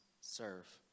serve